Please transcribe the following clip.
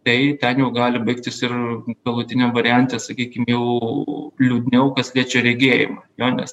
tai ten jau gali baigtis ir galutiniam variante sakykim jau liūdniau kas liečia regėjimą jo nes